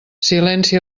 silenci